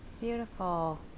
Beautiful